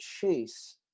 chase